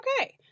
okay